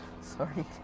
Sorry